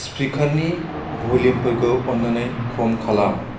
स्पिकारनि भलिउमफोरखौ अन्नानै खम खालाम